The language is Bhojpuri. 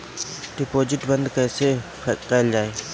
डिपोजिट बंद कैसे कैल जाइ?